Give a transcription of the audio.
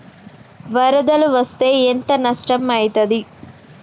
వరదలు వస్తే ఎంత నష్టం ఐతది?